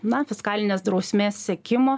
na fiskalinės drausmės sekimo